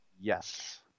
Yes